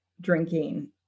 drinking